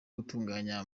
gutunganya